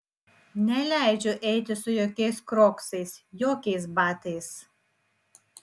neleidžiu eiti su jokiais kroksais jokiais batais